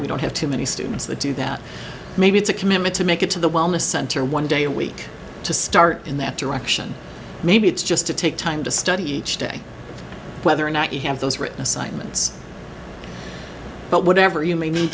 we don't have too many students the do that maybe it's a commitment to make it to the wellness center one day a week to start in that direction maybe it's just to take time to study each day whether or not you have those written assignments but whatever you may need